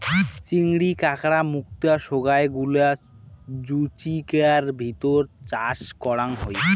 চিংড়ি, কাঁকড়া, মুক্তা সোগায় গুলা জুচিকার ভিতর চাষ করাং হই